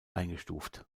eingestuft